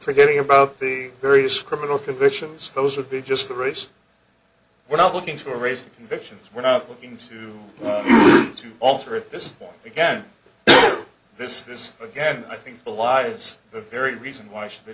forgetting about the various criminal convictions those would be just the race we're not looking to raise convictions we're not looking to alter at this point again this is again i think belies the very reason why should